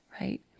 right